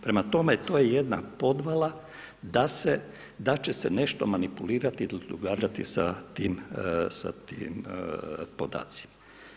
Prema tome, to je jedna podvala da će se nešto manipulirati ili događati sa tim podacima.